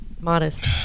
modest